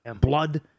blood